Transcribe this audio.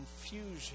confusion